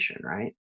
right